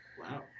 Wow